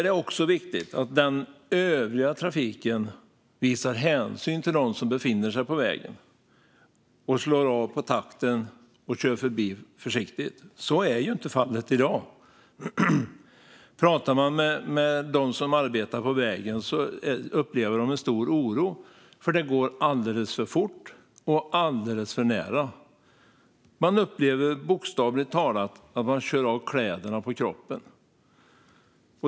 Det är viktigt att övriga trafikanter visar hänsyn till dem som befinner sig på vägen, slår av på takten och kör förbi försiktigt. Så är inte fallet i dag. När man pratar med dem som arbetar på vägen hör man att de upplever en stor oro. Det går alldeles för fort, och trafikanterna kör alldeles för nära. De upplever bokstavligt talat att trafikanterna kör av kläderna på kroppen.